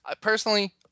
personally